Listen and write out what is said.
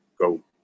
go